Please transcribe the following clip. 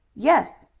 yes.